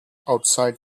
outside